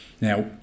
now